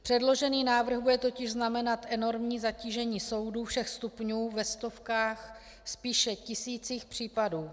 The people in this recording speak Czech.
Předložený návrh bude totiž znamenat enormní zatížení soudů všech stupňů ve stovkách, spíše tisících případů.